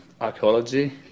archaeology